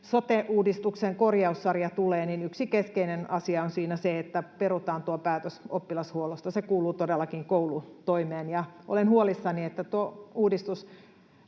sote-uudistuksen korjaussarja tulee, niin yksi keskeinen asia siinä on se, että perutaan tuo päätös oppilashuollosta. Se kuuluu todellakin koulutoimeen. Olen huolissani, että tuo uudistus